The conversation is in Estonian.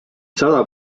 sada